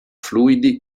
fluidi